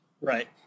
Right